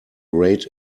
great